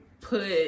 put